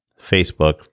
Facebook